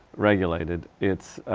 regulated. it's